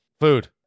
Food